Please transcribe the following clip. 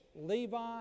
Levi